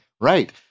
Right